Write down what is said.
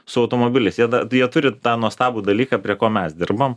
su automobiliais jie dar jie turi tą nuostabų dalyką prie ko mes dirbam